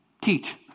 teach